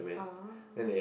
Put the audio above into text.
oh